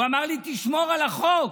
הוא אמר לי: תשמור על החוק.